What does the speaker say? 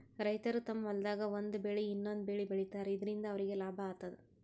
ರೈತರ್ ತಮ್ಮ್ ಹೊಲ್ದಾಗ್ ಒಂದ್ ಬೆಳಿ ಇನ್ನೊಂದ್ ಬೆಳಿ ಬೆಳಿತಾರ್ ಇದರಿಂದ ಅವ್ರಿಗ್ ಲಾಭ ಆತದ್